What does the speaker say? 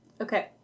Okay